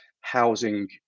housing